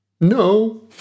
No